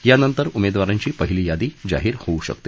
यानंतर उमेदवारांची पहिली यादी जाहीर होऊ शकते